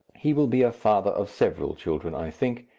he will be a father of several children, i think,